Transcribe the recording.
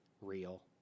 real